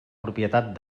propietat